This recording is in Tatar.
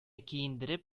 киендереп